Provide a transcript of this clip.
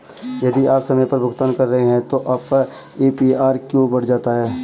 यदि आप समय पर भुगतान कर रहे हैं तो आपका ए.पी.आर क्यों बढ़ जाता है?